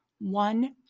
one